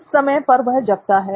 इस समय पर वह जगता है